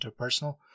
interpersonal